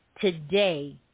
today